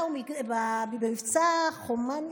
במבצע חומת,